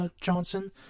Johnson